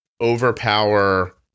overpower